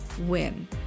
win